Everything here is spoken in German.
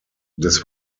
des